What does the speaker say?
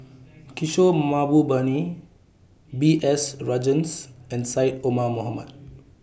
Kishore Mahbubani B S Rajhans and Syed Omar Mohamed